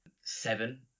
seven